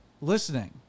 listening